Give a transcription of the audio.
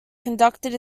conducted